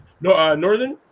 Northern